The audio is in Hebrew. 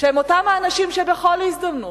שהם אותם האנשים שבכל הזדמנות,